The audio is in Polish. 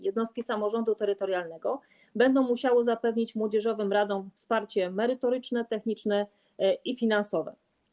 Jednostki samorządu terytorialnego będą musiały zapewnić młodzieżowym radom wsparcie merytoryczne, techniczne i finansowe.